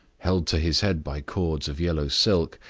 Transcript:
held to his head by cords of yellow silk,